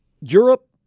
Europe